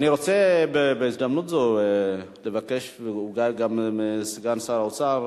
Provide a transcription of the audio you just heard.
אני רוצה בהזדמנות זו לבקש גם לדעת מסגן שר האוצר,